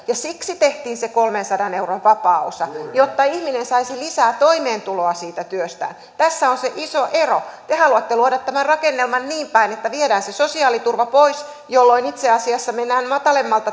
ja siksi tehtiin se kolmensadan euron vapaa osa jotta ihminen saisi lisää toimeentuloa siitä työstään tässä on se iso ero te haluatte luoda tämän rakennelman niin päin että viedään se sosiaaliturva pois jolloin itse asiassa mennään matalammalta